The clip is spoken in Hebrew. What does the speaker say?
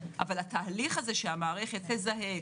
אבל התהליך הזה שהמערכת תזהה,